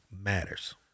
matters